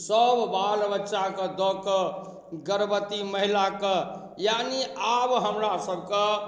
सब बालबच्चाके दऽ कऽ गर्वभती महिलाके यानी आब हमरासबके